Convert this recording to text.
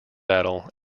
battle